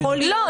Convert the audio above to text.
לא.